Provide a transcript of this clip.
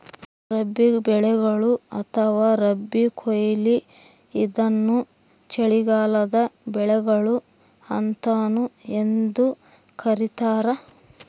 ರಬಿ ಬೆಳೆಗಳು ಅಥವಾ ರಬಿ ಕೊಯ್ಲು ಇದನ್ನು ಚಳಿಗಾಲದ ಬೆಳೆಗಳು ಅಂತಾನೂ ಎಂದೂ ಕರೀತಾರ